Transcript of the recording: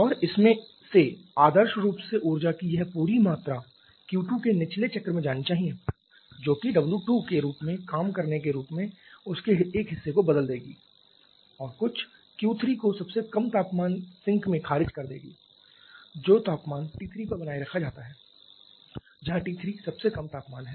और इसमें से आदर्श रूप से ऊर्जा की यह पूरी मात्रा Q2 के निचले चक्र में जानी चाहिए जो कि W2 के रूप में काम करने के रूप में उसके एक हिस्से को बदल देगी और कुछ Q3 को सबसे कम तापमान सिंक में खारिज कर देगी जो तापमान T3 पर बनाए रखा जाता है जहां T3 सबसे कम तापमान है